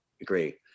agree